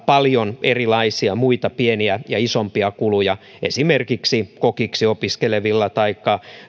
paljon erilaisia muita pieniä ja isompia kuluja esimerkiksi kokiksi opiskelevilla taikka